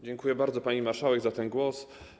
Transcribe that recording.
Dziękuję bardzo, pani marszałek, za ten głos.